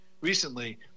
recently